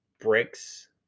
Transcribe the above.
bricks